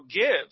gives